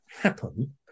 happen